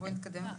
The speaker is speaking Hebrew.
בואי נתקדם.